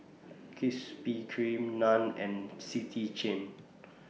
Krispy Kreme NAN and City Chain